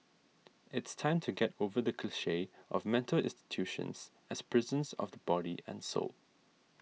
it's time to get over the cliche of mental institutions as prisons of body and soul